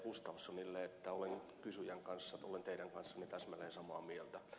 gustafssonille että olen kysyjän kanssa täsmälleen samaa mieltä